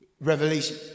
Revelation